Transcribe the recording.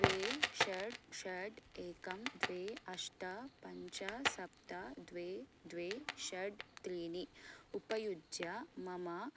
द्वे षट् षट् एकं द्वे अष्ट पञ्च सप्त द्वे द्वे षट् त्रीणि उपयुज्य मम